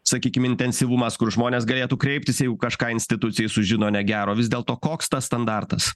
sakykim intensyvumas kur žmonės galėtų kreiptis jeigu kažką institucijoj sužino negero vis dėlto koks tas standartas